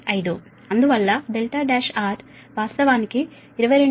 415 అందువల్ల R1 వాస్తవానికి 22